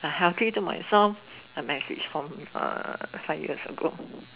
healthy to myself a message from five years ago